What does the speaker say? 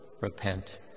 repent